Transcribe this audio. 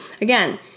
again